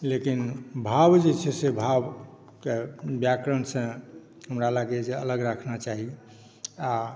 लेकिन भाव जे छै से भावके व्याकरणसे हमरा लागय जे अलग रखना चाही आ